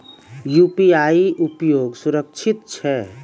UPI उपयोग सुरक्षित छै?